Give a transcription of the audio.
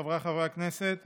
חבריי חברי הכנסת,